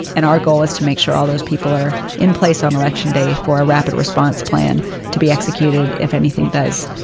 and our goal is to make sure all those people are in place on election day for a rapid response plan to be executed. if anything does,